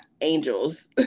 angels